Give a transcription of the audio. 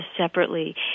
separately